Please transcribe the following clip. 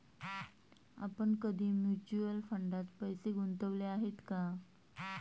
आपण कधी म्युच्युअल फंडात पैसे गुंतवले आहेत का?